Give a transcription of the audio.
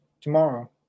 tomorrow